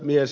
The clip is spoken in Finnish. puhemies